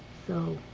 so